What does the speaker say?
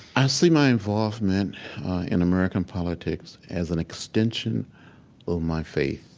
i see my involvement in american politics as an extension of my faith,